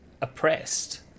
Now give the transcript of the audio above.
oppressed